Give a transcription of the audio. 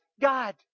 God